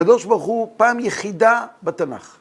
הקדוש ברוך הוא פעם יחידה בתנ״ך.